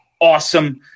awesome